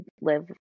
live